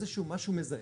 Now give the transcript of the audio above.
איזשהו משהו מזהה,